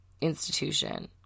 institution